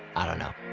i don't know.